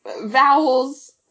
vowels